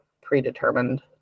predetermined